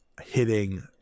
hitting